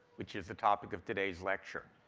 which is the topic of today's lecture.